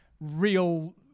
real